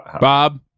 Bob